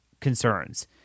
concerns